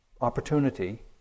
opportunity